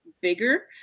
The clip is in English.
bigger